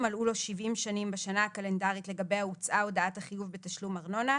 מלאו לו 70 שנים בשנה הקלנדרית לגביה הוצאה הודעת החיוב בתשלום ארנונה,